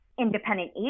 independent